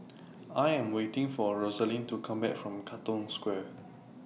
I Am waiting For Rosaline to Come Back from Katong Square